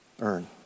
earn